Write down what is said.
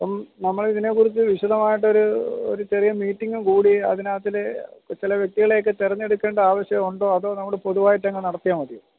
ഇപ്പം നമ്മളിതിനെക്കുറിച്ച് വിശദമായിട്ടൊരു ഒരു ചെറിയ മീറ്റിങ്ങ് കൂടി അതിനാത്തിൽ ചില വ്യക്തികളെയൊക്കെ തെരഞ്ഞെടുക്കേണ്ട ആവശ്യമുണ്ടോ അതോ നമ്മൾ പൊതുവായിട്ടങ്ങ് നടത്തിയാൽ മതിയോ